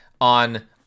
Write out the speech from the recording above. on